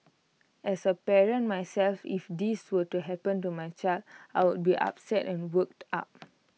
as A parent myself if this were to happen to my child I would be upset and worked up